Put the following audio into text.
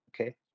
Okay